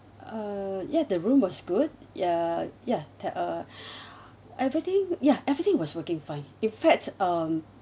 uh yeah the room was good ya ya that uh everything ya everything was working fine in facts um